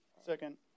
Second